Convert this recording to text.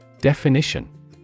Definition